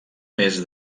més